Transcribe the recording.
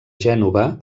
gènova